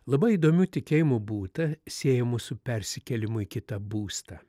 labai įdomių tikėjimų būta siejamų su persikėlimu į kitą būstą